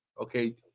Okay